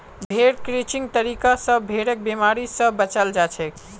भेड़ क्रचिंग तरीका स भेड़क बिमारी स बचाल जाछेक